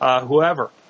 whoever